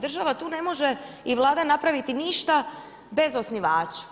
Država tu ne može i Vlada napraviti ništa bez osnivača.